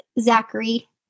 Zachary